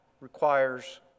requires